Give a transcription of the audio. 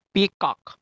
Peacock